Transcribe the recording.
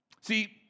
See